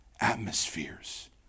atmospheres